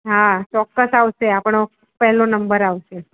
હા ચોક્કસ આવશે આપણો પહેલો નંબર આવશે